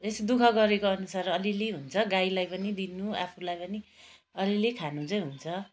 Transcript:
यसो दु ख गरेकोअनुसार अलिलि हुन्छ गाईलाई पनि दिनु आफूलाई पनि अलिलि खानु चाहिँ हुन्छ